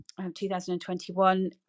2021